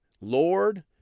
Lord